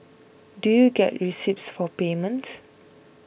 do you get receipts for payments